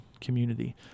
community